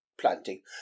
planting